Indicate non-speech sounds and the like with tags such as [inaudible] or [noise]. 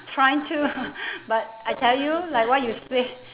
trying to ah [laughs] [breath] but I tell you like what you said